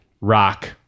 rock